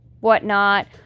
whatnot